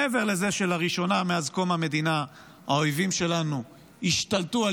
מעבר לזה שלראשונה מאז קום המדינה האויבים שלנו השתלטו על